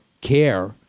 care